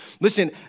listen